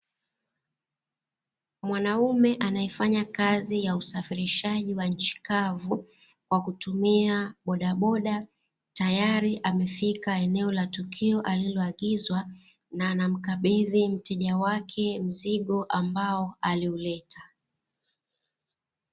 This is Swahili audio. Mwanaume anayefanya kazi ya usafirishaji wa nchi kavu kwa kutumia bodaboda, tayari amefika eneo la tukio aliloagizwa na anamkabidhi mteja wake mzigo ambao aliuleta.